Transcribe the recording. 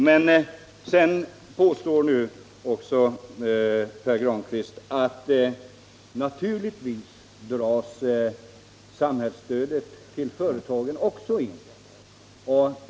Men nu påstår Pär Granstedt att naturligtvis dras samhällsstödet till företagen också in.